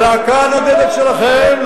הלהקה הנודדת שלכם,